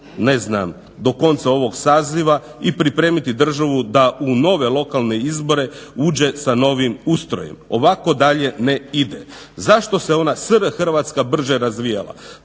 raspravu do konca ovog saziva i pripremiti državu da u nove lokalne izbore uđe sa novim ustrojem. Ovako dalje ne ide. Zašto se ona SR Hrvatska brže razvijala,